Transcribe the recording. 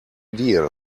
deal